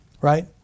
Right